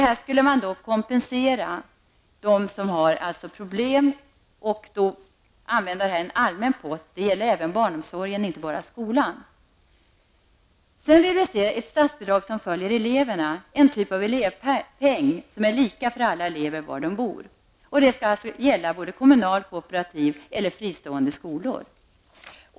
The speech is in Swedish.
Man skall här kompensera dem som har problem och använda det i en allmän pott. Detta gäller även barnomsorgen, inte bara skolan. Vi vill ha ett statsbidrag som följer eleverna, en typ av elevpeng som är lika för alla elever var de än bor. Det skall alltså gälla både kommunala, kooperativa och fristående skolor.